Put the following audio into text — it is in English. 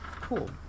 cool